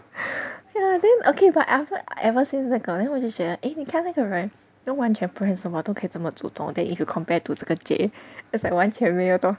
ya then okay but after ever since 那个 then 我就觉得 eh 你看那个人都完全不会什么都可以这么主动 then if you compared to 这个 Jay is like 完全没有都